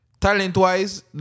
talent-wise